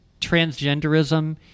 transgenderism